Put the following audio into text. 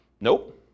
Nope